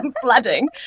flooding